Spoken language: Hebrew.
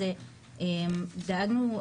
זה דאגנו,